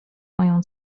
moją